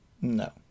No